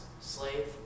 slave